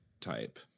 type